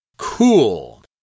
Cool